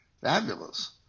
Fabulous